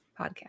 podcast